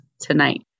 tonight